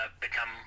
become